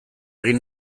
egin